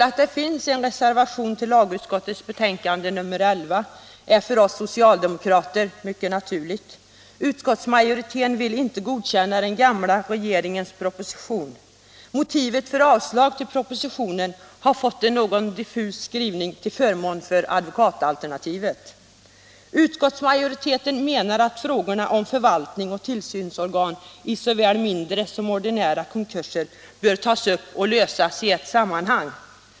Att det finns en reservation till lagutskottets betänkande nr 11 framstår för oss socialdemokrater som mycket naturligt. Utskottsmajoriteten vill inte godkänna den gamla regeringens proposition. Motivet för avslag på propositionen till förmån för advokatalternativet har fått en något diffus skrivning. Utskottsmajoriteten menar att frågorna om förvaltningsoch tillsynsorgan i såväl mindre som ordinära konkurser bör lösas i ett sammanhang.